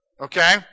Okay